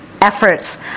Efforts